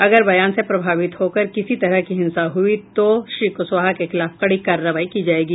अगर बयान से प्रभावित होकर किसी तरह की हिंसा हुई तो श्री कुशवाहा के खिलाफ कड़ी कार्रवाई की जाएगी